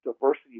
Diversity